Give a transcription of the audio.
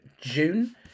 June